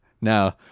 now